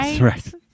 right